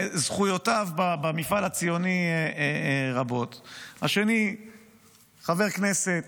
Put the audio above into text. זכויותיו במפעל הציוני רבות, השני חבר כנסת